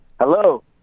Hello